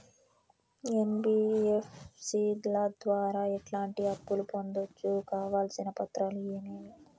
NBFC ల ద్వారా ఎట్లాంటి అప్పులు పొందొచ్చు? కావాల్సిన పత్రాలు ఏమేమి?